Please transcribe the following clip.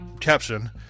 caption